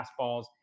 fastballs